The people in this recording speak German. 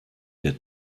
der